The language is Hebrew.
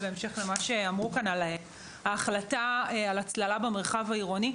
בהמשך למה שאמרו כאן על ההחלטה על הצללה במרחב העירוני,